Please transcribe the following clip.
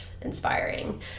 inspiring